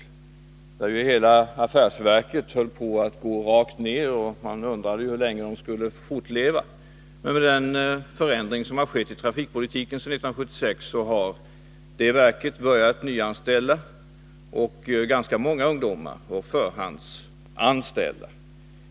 Hela det affärsverket var ju på väg rakt nedåt, och man undrade hur länge det skulle fortleva. Men med den förändring som har skett i trafikpolitiken sedan 1976 har det verket börjat nyanställa och förhandsanställa ganska många ungdomar.